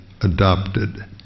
adopted